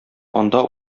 анда